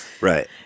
Right